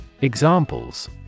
Examples